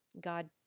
God